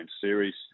series